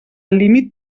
límit